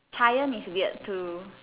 Hyman is weird too